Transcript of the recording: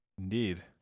indeed